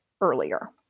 earlier